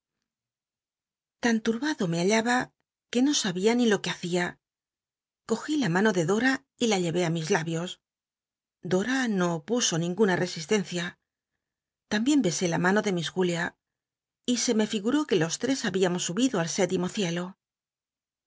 tan turbado me hallaba que no sabia ni lo que hacia cogí la mano de dora y la llevé a mis labios dora no opuso ninguna resistencia tarobien besé la mano á miss jul ia y se me figuró que los tres habíamos subido al sétimo cielo